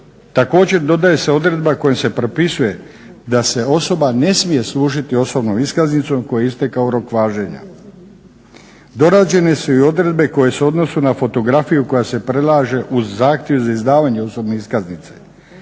Također dodaje se odredba kojom se propisuje da se osoba ne smije služiti osobnom iskaznicom kojoj je istekao rok važenja. Dorađene su i odredbe koje se odnose na fotografiju koja se prilaže uz zahtjev za izdavanje osobne iskaznice